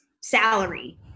salary